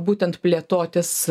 būtent plėtotis